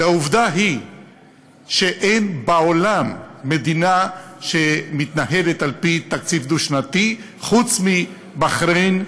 והעובדה היא שאין בעולם מדינה שמתנהלת על-פי תקציב דו-שנתי חוץ מבחריין,